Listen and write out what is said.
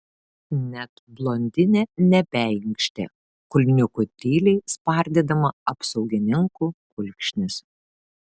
net blondinė nebeinkštė kulniuku tyliai spardydama apsaugininkų kulkšnis